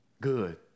Good